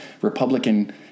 Republican